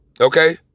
okay